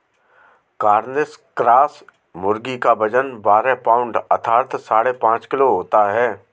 Cornish cross मुर्गी का वजन बारह पाउण्ड अर्थात साढ़े पाँच किलो होता है